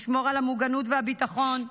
לשמור על המוגנות והביטחון,